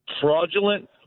fraudulent